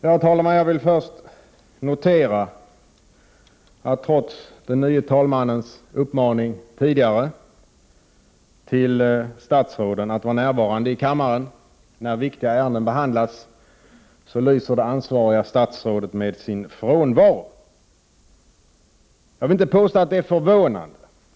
Herr talman! Jag vill först notera att trots den nye talmannens uppmaning till statsråden att vara närvarande i kammaren när viktiga ärenden behandlas, lyser det ansvariga statsrådet med sin frånvaro. Jag vill inte påstå att det är förvånande.